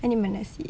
I need my nasi